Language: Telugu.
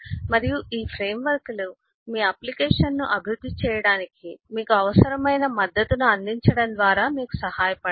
మరియు ఈ ఫ్రేమ్వర్క్లు మీ అప్లికేషన్ ను అభివృద్ధి చేయడానికి మీకు అవసరమైన మద్దతును అందించడం ద్వారా మీకు సహాయపడతాయి